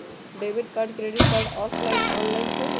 Debit card credit card offline online होई?